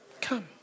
come